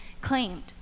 claimed